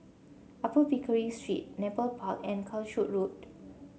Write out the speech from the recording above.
Upper Pickering Street Nepal Park and Calshot Road